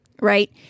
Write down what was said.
right